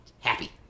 happy